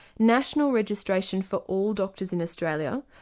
national registration for all doctors in australia,